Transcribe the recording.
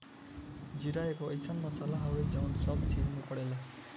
जीरा एगो अइसन मसाला हवे जवन सब चीज में पड़ेला